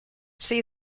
see